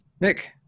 Nick